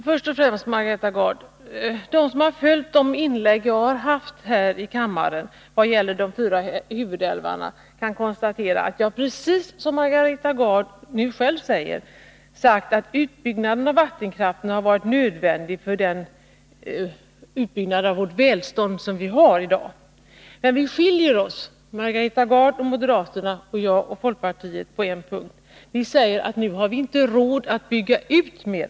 Herr talman! De som har följt de inlägg som jag har gjort här i kammaren vad gäller de fyra huvudälvarna kan konstatera att jag, precis som Margareta Gard nu själv säger, har sagt att utbyggnaden av vattenkraft varit nödvändig för det välstånd som vi har i dag. Men Margareta Gard och moderaterna skiljer sig från mig och folkpartiet på en punkt: Vi säger att vi nu inte har råd att bygga ut mer.